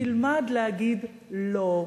תלמד להגיד: לא,